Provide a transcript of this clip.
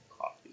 Coffee